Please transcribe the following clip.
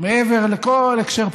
מעבר לכל הקשר פוליטי.